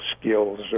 skills